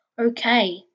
Okay